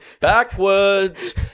backwards